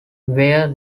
where